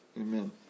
Amen